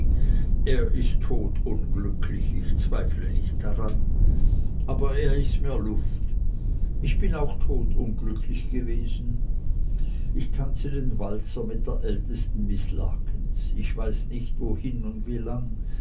er ist totunglücklich ich zweifle nicht daran aber er ist mir luft ich bin auch totunglücklich gewesen ich tanze den walzer mit der ältesten miß larkins ich weiß nicht wohin und wie lang